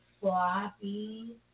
sloppy